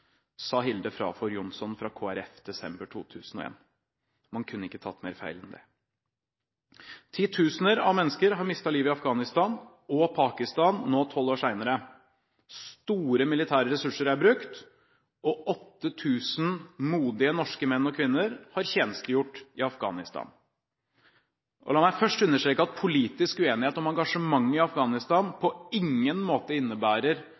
sa Hilde Frafjord Johnson fra Kristelig Folkeparti i desember 2001. Man kunne ikke tatt mer feil enn det. Titusener av mennesker har mistet livet i Afghanistan og Pakistan nå tolv år senere. Store militære ressurser er brukt, og 8 000 modige norske menn og kvinner har tjenestegjort i Afghanistan. La meg først understreke at politisk uenighet om engasjementet i Afghanistan på ingen måte innebærer